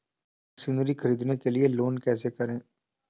Machinery ख़रीदने के लिए लोन कैसे करें?